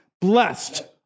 blessed